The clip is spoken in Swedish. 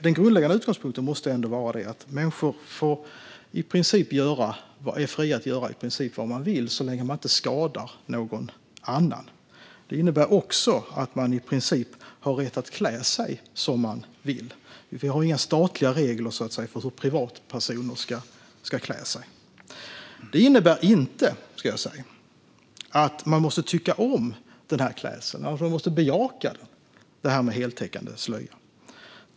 Den grundläggande utgångspunkten måste ändå vara att människor är fria att göra i princip vad de vill så länge de inte skadar någon annan. Det innebär också att man i princip har rätt att klä sig som man vill. Vi har inga statliga regler för hur privatpersoner ska klä sig. Det innebär inte att man måste tycka om klädseln, att man måste bejaka det här med heltäckande slöja.